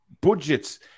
Budgets